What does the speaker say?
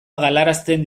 galarazten